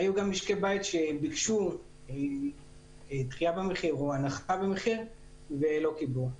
והיו גם משקי בית שביקשו דחייה במחיר או הנחה במחיר ולא קיבלו.